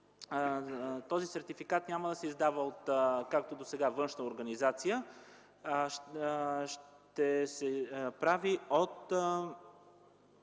този сертификат няма да се издава както досега – от външна организация, а ще се прави от